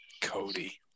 Cody